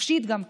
נפשית גם כן.